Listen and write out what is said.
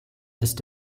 ist